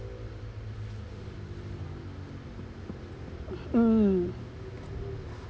mm